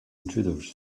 intruders